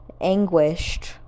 anguished